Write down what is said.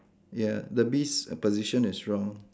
ya the bee's position is wrong